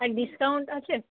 আর discount আছে